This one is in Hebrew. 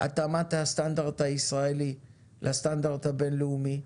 התאמת הסטנדרט הישראלי לסטנדרט הבין-לאומי,